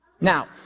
Now